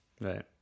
Right